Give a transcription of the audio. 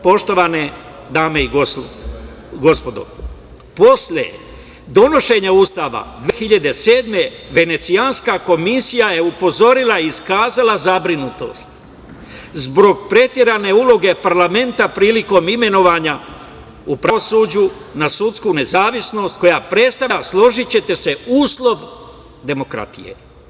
Poštovane dame i gospodo, posle donošenja Ustava 2007. godine, Venecijanska komisija je upozorila i iskazala zabrinutost zbog preterane uloge parlamenta prilikom imenovanja u pravosuđu na sudsku nezavisnost koja predstavlja, složićete se, uslov demokratije.